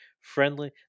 friendly